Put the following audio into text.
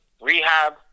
rehab